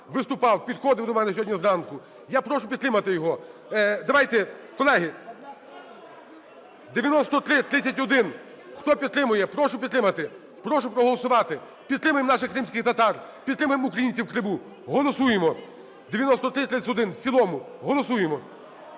виступав, підходив до мене сьогодні зранку. Я прошу підтримати його. Давайте, колеги, 9331, хто підтримує, прошу підтримати, прошу проголосувати. Підтримаємо наших кримських татар, підтримаємо українців в Криму, голосуємо 9331 в цілому. Голосуємо.